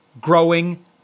growing